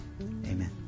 amen